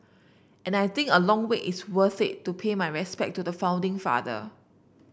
and I think a long wait is worth it to pay my respect to the founding father